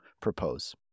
propose